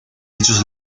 ellos